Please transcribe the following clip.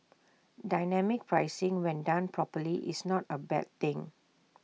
dynamic pricing when done properly is not A bad thing